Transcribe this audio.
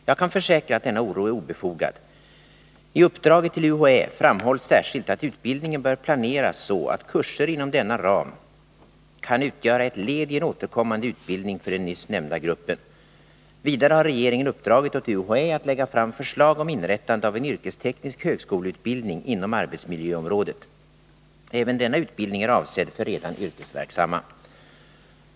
Jag kan försäkra att denna oro är obefogad. I uppdraget till UHÄ framhålls särskilt att utbildningen bör planeras så att kurser inom denna kan utgöra ett led i en återkommande utbildning för den nyssnämnda gruppen. Vidare har regeringen uppdragit åt UHÄ att lägga fram förslag om inrättande av en yrkesteknisk högskoleutbildning inom arbetsmiljöområdet. Även denna utbildning är avsedd för redan yrkesverksamma.